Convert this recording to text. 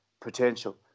potential